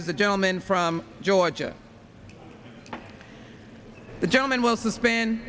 the gentleman from georgia the gentleman will suspend